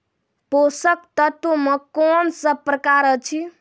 पोसक तत्व मे कून सब प्रकार अछि?